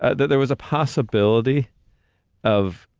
there was a possibility of